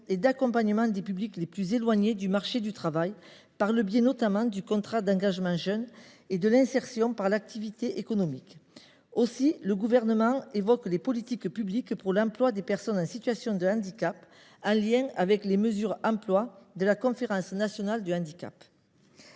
et d’accompagnement des publics les plus éloignés du marché du travail, par le biais notamment du contrat d’engagement jeune (CEJ) et de l’insertion par l’activité économique (IAE). Le Gouvernement évoque ainsi les politiques publiques pour l’emploi des personnes en situation de handicap, en lien avec les mesures sur l’emploi annoncées lors de la Conférence nationale du handicap.